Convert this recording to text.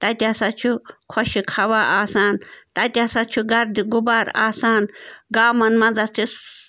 تَتہِ ہَسا چھُ خۄشِک ہَوا آسان تَتہِ ہَسا چھُ گَردِ گُبار آسان گامَن مَنٛز حظ چھِ